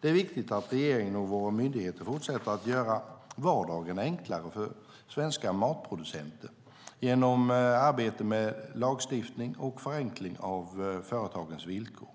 Det är viktigt att regeringen och våra myndigheter fortsätter att göra vardagen enklare för svenska matproducenter, genom arbete med lagstiftning och förenkling av företagens villkor.